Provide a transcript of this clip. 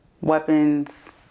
weapons